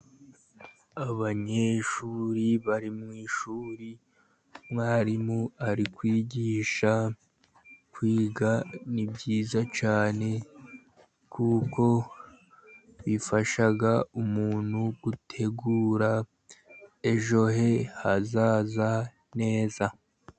Abanyeshuri bari mu ishuri, umwarimu ari kwigisha. Kwiga ni byiza cyane kuko bifasha umuntu gutegura ejo he hazaza neza.